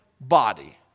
body